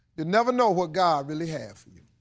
never know what god really have for you.